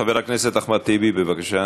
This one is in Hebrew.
חבר הכנסת אחמד טיבי, בבקשה.